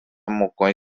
mokõi